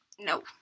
No